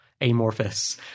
amorphous